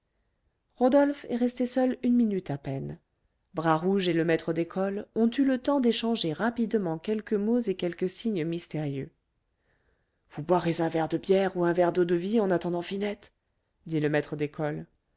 rodolphe est resté seul une minute à peine bras rouge et le maître d'école ont eu le temps d'échanger rapidement quelques mots et quelques signes mystérieux vous boirez un verre de bière ou un verre d'eau-de-vie en attendant finette dit le maître d'école